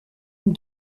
une